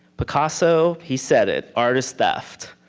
picasso, he said it. art is theft.